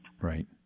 Right